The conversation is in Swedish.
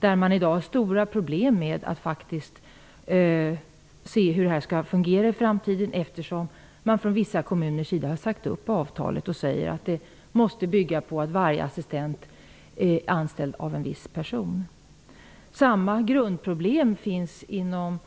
Där har man i dag stora problem och undrar hur det skall fungera i framtiden eftersom vissa kommuner har sagt upp avtalet och säger att detta måste bygga på att varje assistent är anställd av en viss person. Samma grundproblem finns inom